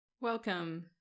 Welcome